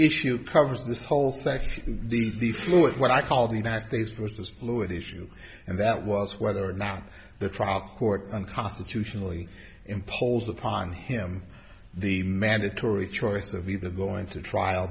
issue covers this whole section in the the flu or what i call the united states versus blue it issue and that was whether or not the trial court unconstitutionally imposed upon him the mandatory choice of either going to trial